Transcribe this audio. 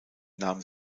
nahm